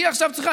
היא עכשיו צריכה,